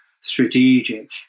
strategic